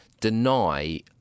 deny